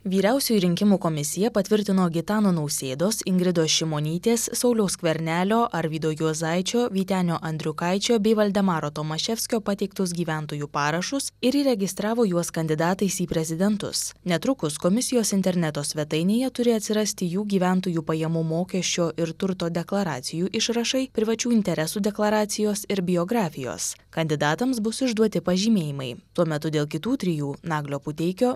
vyriausioji rinkimų komisija patvirtino gitano nausėdos ingridos šimonytės sauliaus skvernelio arvydo juozaičio vytenio andriukaičio bei valdemaro tomaševskio pateiktus gyventojų parašus ir įregistravo juos kandidatais į prezidentus netrukus komisijos interneto svetainėje turi atsirasti jų gyventojų pajamų mokesčio ir turto deklaracijų išrašai privačių interesų deklaracijos ir biografijos kandidatams bus išduoti pažymėjimai tuo metu dėl kitų trijų naglio puteikio